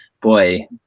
boy